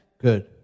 good